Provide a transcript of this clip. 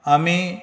आमी